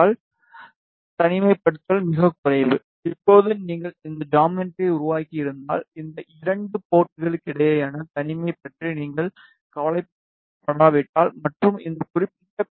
தனிமைப்படுத்தல் மிகக் குறைவு இப்போது நீங்கள் இந்த ஜாமெட்ரியை உருவாக்கியிருந்தால் இந்த 2 போர்ட்களுக்கிடையேயான தனிமை பற்றி நீங்கள் கவலைப்படாவிட்டால் மற்றும் இந்த குறிப்பிட்ட பி